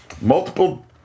Multiple